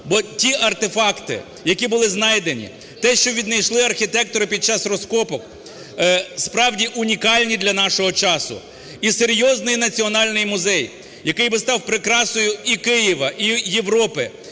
бо ті артефакти, які були знайдені, те, що віднайшли архітектори під час розкопок, справді унікальні для нашого часу. І серйозний національний музей, який би став прикрасою і Києва, і Європи,